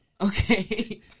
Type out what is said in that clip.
Okay